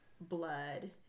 blood